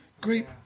Great